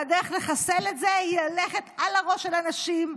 והדרך לחסל את זה היא ללכת על הראש של הנשים,